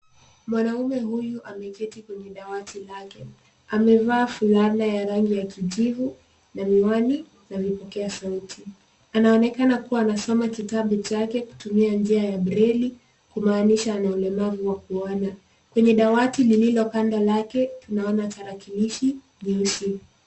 Mwanaume huyu ameketi kwenye dawati lake. Amevaa fulana ya rangi ya kijivu na miwani na vipokea sauti. Anaonekana kuwa anasoma kitabu chake kutumia njia ya breli, kumaanisha ana ulemavu wa kuona. Kwenye dawati lililo kando lake, tunaona tarakilishi nyeusi.